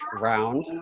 round